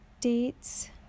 dates